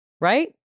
Right